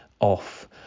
off